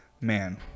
Man